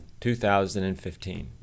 2015